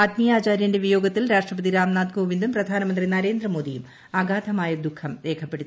ആത്മീയാചാര്യന്റെ വിയോഗത്തിൽ രാഷ്ട്രപതി രാംനാഥ് കോവിന്ദും പ്രധാനമന്ത്രി നരേന്ദ്രമോദിയും അഗാധമായ ദുഃഖം രേഖപ്പെടുത്തി